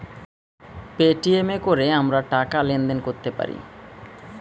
Paytm এ কোরে আমরা টাকা লেনদেন কোরতে পারি